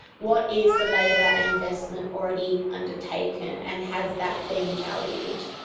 what is the labour and investment already undertaken and has that been valued?